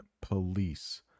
police